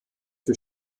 für